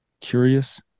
Curious